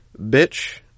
Bitch